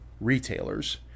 retailers